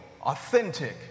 authentic